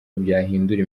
byahindura